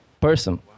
person